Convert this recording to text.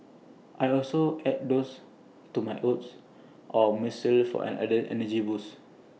I also add those to my oats or muesli for an added energy boost